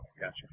Gotcha